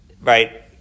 right